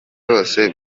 bose